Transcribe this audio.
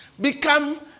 Become